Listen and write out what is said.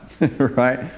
right